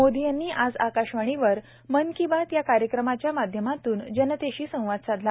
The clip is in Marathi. मोदी यांनी आज आकाशवाणीवर मन की बात या कार्यक्रमाच्या माध्यमातून जनतेशी संवाद साधला